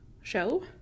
show